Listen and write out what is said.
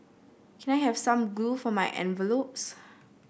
can I have some glue for my envelopes